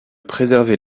préserver